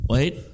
Wait